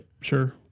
Sure